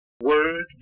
word